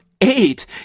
eight